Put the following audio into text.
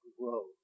grow